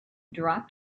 dropped